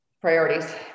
priorities